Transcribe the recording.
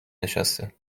نشسته